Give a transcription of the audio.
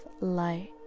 light